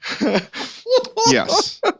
Yes